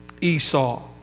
Esau